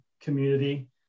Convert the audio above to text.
community